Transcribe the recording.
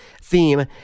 theme